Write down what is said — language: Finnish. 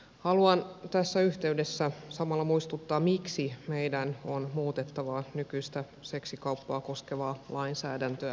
haluan tässä yhteydessä samalla muistuttaa miksi meidän on muutettava nykyistä seksikauppaa koskevaa lainsäädäntöämme